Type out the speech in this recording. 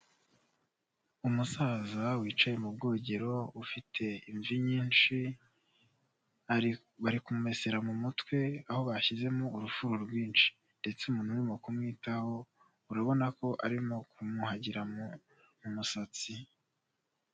Umusaza wicaye mu bwogero ufite imvi nyinshi barikumesera mu mutwe aho bashyizemo urufuro rwinshi ndetse umuntu urimo kumwitaho urabona ko arimo kumwuhagira umusatsi.